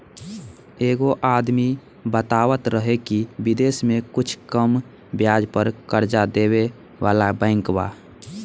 एगो आदमी बतावत रहे की बिदेश में कुछ कम ब्याज पर कर्जा देबे वाला बैंक बा